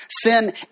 Sin